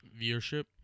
viewership